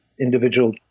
individual